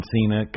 Cena